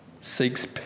seeks